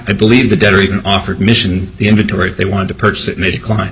i believe the debtor even offered mission the inventory they wanted to purchase it may decline